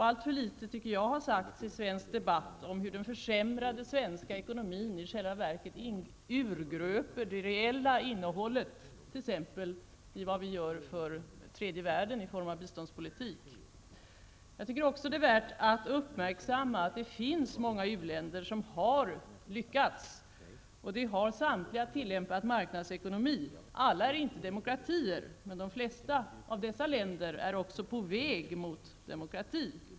Alltför litet har, tycker jag, sagts i svensk debatt om hur den försämrade svenska ekonomin i själva verket urgröper det reella innehållet i t.ex. vad vi gör för tredje världen i form av biståndspolitik. Jag tycker också att det är värt att uppmärksamma att det finns många u-länder som har lyckats. De har samtliga tillämpat marknadsekonomi. Alla är inte demokratier, men de flesta av dessa länder är också på väg mot demokrati.